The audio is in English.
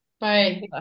Bye